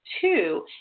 Two